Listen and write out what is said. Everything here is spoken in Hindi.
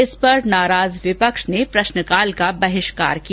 इस पर नाराज विपक्ष ने प्रश्नकाल का बहिष्कार किया